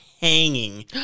hanging